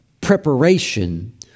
preparation